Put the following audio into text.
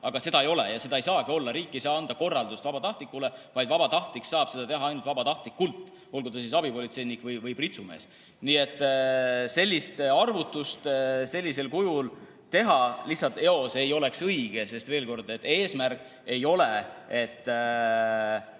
aga seda ei ole ja seda ei saagi olla. Riik ei saa anda vabatahtlikule korraldust, vaid vabatahtlik saab seda [tööd] teha ainult vabatahtlikult, olgu ta abipolitseinik või pritsumees. Nii et sellist arvutust sellisel kujul teha lihtsalt eos ei oleks õige, sest ütlen veel kord: eesmärk ei ole see,